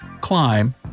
climb